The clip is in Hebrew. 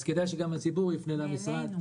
אז כדאי שגם הציבור יפנה למשרד.